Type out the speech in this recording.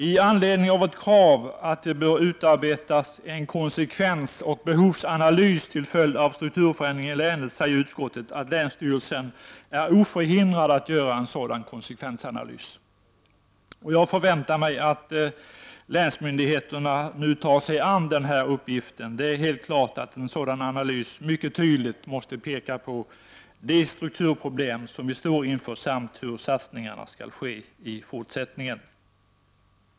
I anledning av vårt krav på att det bör utarbetas en konsekvensoch behovsanalys till följd av strukturförändringen i länet säger utskottet att länsstyrelsen är oförhindrad att göra en sådan konsekvensanalys. Jag förväntar mig att länsstyrelsen nu tar sig an den här uppgiften. Det är helt klart att en sådan analys mycket tydligt måste peka på de strukturproblem som vi står inför samt hur satsningar i fortsättningen skall ske.